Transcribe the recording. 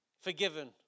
forgiven